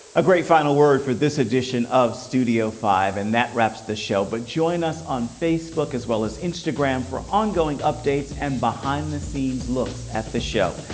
a great final word for this edition of studio five. and that wraps the show. but join us on facebook, as well as instagram for ongoing updates and helped the scenes looks at the show.